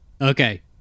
Okay